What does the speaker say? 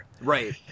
right